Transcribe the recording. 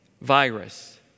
virus